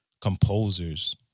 composers